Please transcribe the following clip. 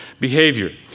behavior